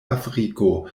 afriko